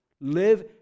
live